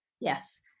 Yes